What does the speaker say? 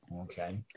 okay